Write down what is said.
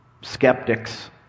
skeptics